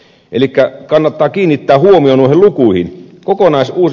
elikkä kannattaa kiinnittää huomio noihin lukuihin